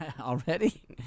Already